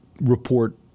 report